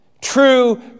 True